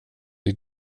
bli